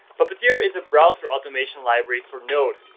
puppeteer is a browser automation library for node.